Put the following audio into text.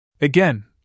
Again